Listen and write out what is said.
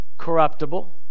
Corruptible